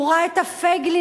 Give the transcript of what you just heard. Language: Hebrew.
הוא ראה את הפייגלינים,